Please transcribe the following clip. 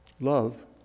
Love